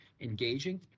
engaging